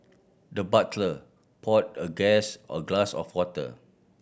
the butler poured a guest a glass of water